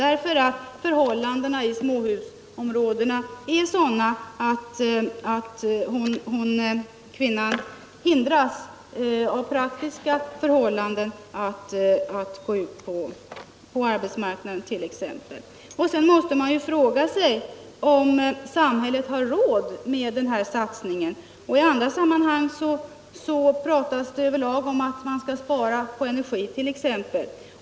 De praktiska förhållandena i småhusområdena är sådana att det försvåras för kvinnan att gå ut på arbetsmarknaden, t.ex. Sedan måste man fråga sig om samhället har råd med den här satsningen. I andra sammanhang pratas det över lag om att man skall spara på energi.